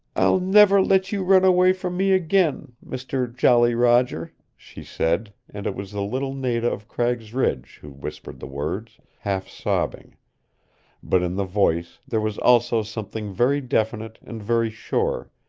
i'll never let you run away from me again mister jolly roger, she said, and it was the little nada of cragg's ridge who whispered the words, half sobbing but in the voice there was also something very definite and very sure,